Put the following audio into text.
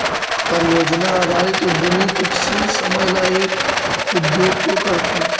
परियोजना आधारित उद्यमी कुछ समय ला एक उद्योग को करथीन